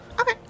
Okay